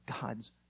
God's